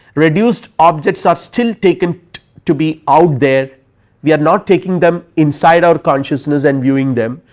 reduced objects are still taken to be out there we are not taking them inside our consciousness and viewing them,